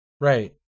right